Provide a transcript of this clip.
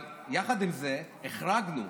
אבל יחד עם זה, החרגנו